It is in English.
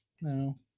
No